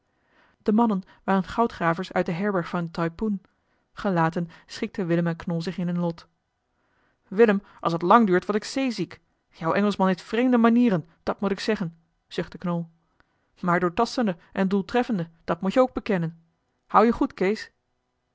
de mannen waren goudgravers uit de herberg van taipoen gelaten schikten willem en knol zich in hun lot willem als het lang duurt word ik zeeziek jouw engelschman heeft vreemde manieren dat moet ik zeggen zuchtte knol maar doortastende en doeltreffende dat moet je ook bekennen houd je goed kees